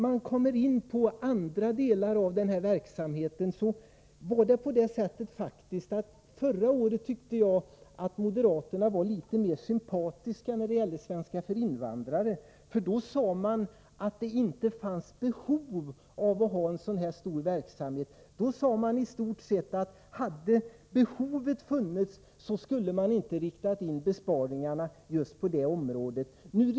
Förra året tyckte jag faktiskt att moderaterna var litet mer sympatiska när det gällde svenska för invandrare. Då sade moderaterna att det inte fanns behov av en sådan här omfattande verksamhet. De sade i stort sett att de inte skulle ha riktat in besparingarna på just detta område om behovet hade funnits.